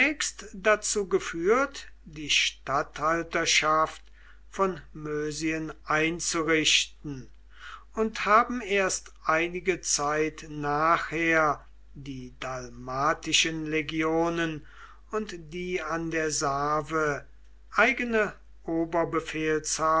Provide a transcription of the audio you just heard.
dazu geführt die statthalterschaft von mösien einzurichten und haben erst einige zeit nachher die dalmatischen legionen und die an der save eigene